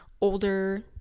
older